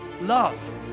love